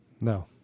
No